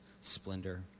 splendor